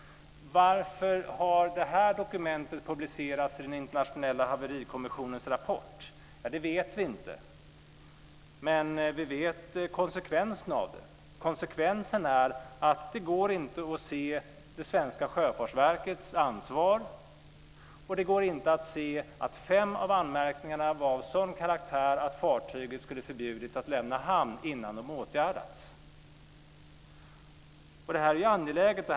Varför har det här dokumentet publicerats i den internationella haverikommissionens rapport? Ja, det vet vi inte, men vi vet konsekvensen av det. Konsekvensen är att det inte går att se det svenska sjöfartsverkets ansvar och att det inte går att se att fem av anmärkningarna var av sådan karaktär att fartyget skulle förbjudits att lämna hamn innan de åtgärdats. Det här är angeläget.